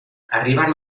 arriben